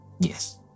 Yes